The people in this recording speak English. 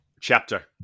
Chapter